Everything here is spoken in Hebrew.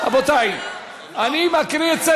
אדוני, היום.